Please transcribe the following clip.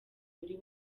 muri